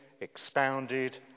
expounded